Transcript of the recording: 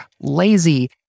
lazy